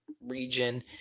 region